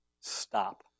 Stop